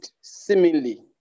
seemingly